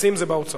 מסים זה באוצר.